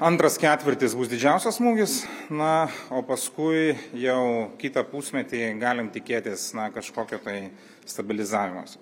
antras ketvirtis bus didžiausias smūgis na o paskui jau kitą pusmetį galim tikėtis na kažkokio tai stabilizavimosi